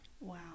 Wow